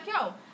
yo